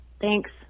Thanks